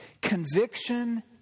Conviction